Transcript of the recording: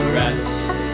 rest